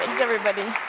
everybody!